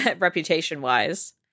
Reputation-wise